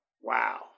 Wow